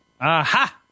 Aha